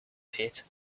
pit